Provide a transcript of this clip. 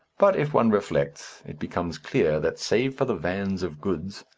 but if one reflects, it becomes clear that, save for the vans of goods,